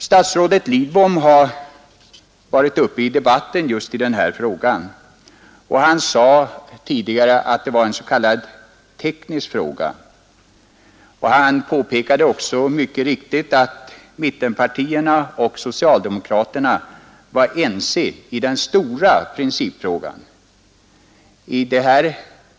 Statsrådet Lidbom som har deltagit i debatten i den här frågan sade tidigare att det här var en s.k. teknisk fråga. Han påpekade också mycket riktigt att mittenpartierna och socialdemokraterna var ense i den stora principfrågan.